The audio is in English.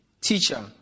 Teacher